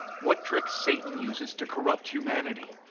what tricks satan uses to corrupt humanity,